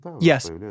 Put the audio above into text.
Yes